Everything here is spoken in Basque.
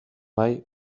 bai